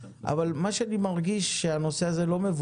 איפה שיש עברית שבני אדם לא יודעים מה אומרים,